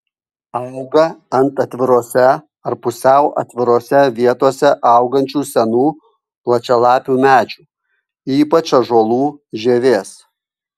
auga ant atvirose ar pusiau atvirose vietose augančių senų plačialapių medžių ypač ąžuolų žievės